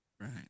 Right